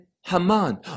Haman